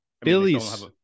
Billy's